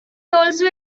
also